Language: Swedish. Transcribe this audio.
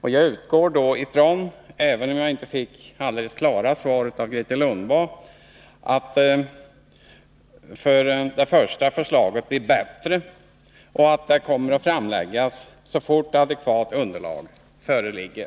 Jag utgår ifrån — även om jag inte fick alldeles klart svar av Grethe Lundblad — för det första att förslaget blir bättre och för det andra att det kommer att framläggas så snart adekvat underlag föreligger.